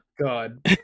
god